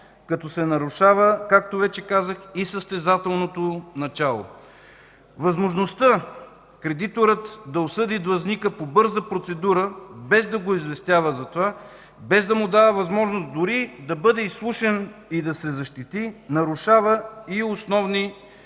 като се нарушава, както вече казах, и състезателното начало. Възможността кредиторът да осъди длъжника по бърза процедура без да го известява за това, без да му дава възможност дори да бъде изслушан и да се защити, нарушава и основни правни